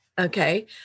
okay